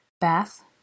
Bath